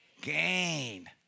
gain